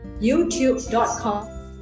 youtube.com